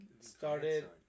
started